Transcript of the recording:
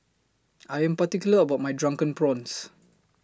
I Am particular about My Drunken Prawns